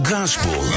Gospel